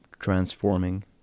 Transforming